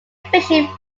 fishing